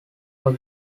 our